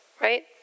right